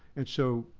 and so,